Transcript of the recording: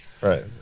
Right